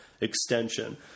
extension